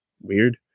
weird